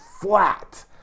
flat